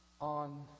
on